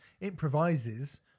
improvises